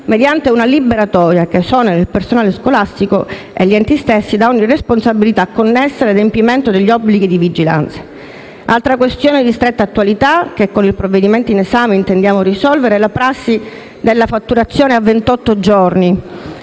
mediante una liberatoria che esonera il personale scolastico e gli enti stessi da ogni responsabilità connessa all'adempimento degli obblighi di vigilanza. Altra questione di stretta attualità che con il provvedimento in esame intendiamo risolvere è la prassi della fatturazione a ventotto